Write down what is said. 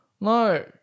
No